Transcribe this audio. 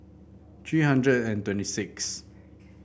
three hundred and twenty six